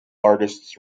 artists